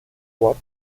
droite